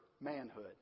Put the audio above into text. manhood